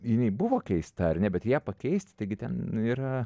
jinai buvo keista ar ne bet ją pakeisti taigi ten yra